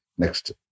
Next